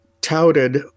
touted